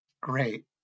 Great